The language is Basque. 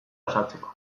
osatzeko